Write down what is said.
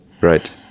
right